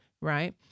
Right